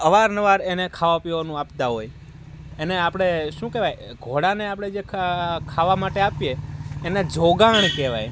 અવાર નવાર એને ખાવા પીવાનું આપતા હોય એને આપણે શું કેહવાય ઘોડાને આપડે જે ખાવા માટે આપીએ એને જોગાણ કહેવાય